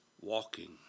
walking